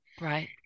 Right